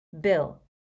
Bill